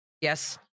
yes